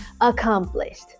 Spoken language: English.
accomplished